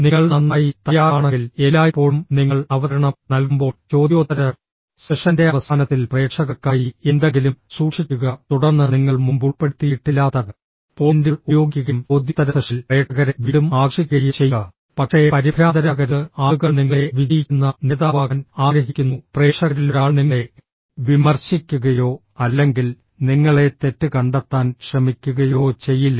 നിങ്ങൾ നന്നായി തയ്യാറാണെങ്കിൽ എല്ലായ്പ്പോഴും നിങ്ങൾ അവതരണം നൽകുമ്പോൾ ചോദ്യോത്തര സെഷന്റെ അവസാനത്തിൽ പ്രേക്ഷകർക്കായി എന്തെങ്കിലും സൂക്ഷിക്കുക തുടർന്ന് നിങ്ങൾ മുമ്പ് ഉൾപ്പെടുത്തിയിട്ടില്ലാത്ത പോയിന്റുകൾ ഉപയോഗിക്കുകയും ചോദ്യോത്തര സെഷനിൽ പ്രേക്ഷകരെ വീണ്ടും ആകർഷിക്കുകയും ചെയ്യുക പക്ഷേ പരിഭ്രാന്തരാകരുത് ആളുകൾ നിങ്ങളെ വിജയിക്കുന്ന നേതാവാകാൻ ആഗ്രഹിക്കുന്നു പ്രേക്ഷകരിലൊരാൾ നിങ്ങളെ വിമർശിക്കുകയോ അല്ലെങ്കിൽ നിങ്ങളെ തെറ്റ് കണ്ടെത്താൻ ശ്രമിക്കുകയോ ചെയ്യില്ല